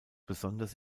besonders